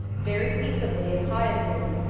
very peaceably and piously,